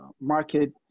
market